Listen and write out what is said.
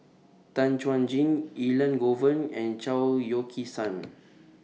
Tan Chuan Jin Elangovan and Chao Yoke San